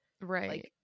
right